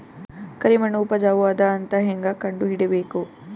ಕರಿಮಣ್ಣು ಉಪಜಾವು ಅದ ಅಂತ ಹೇಂಗ ಕಂಡುಹಿಡಿಬೇಕು?